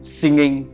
singing